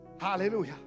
Hallelujah